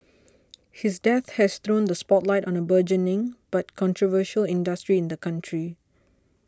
his death has thrown the spotlight on a burgeoning but controversial industry in the country